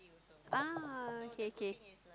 ah okay okay